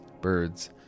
birds